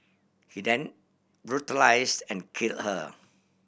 he then brutalise and kill her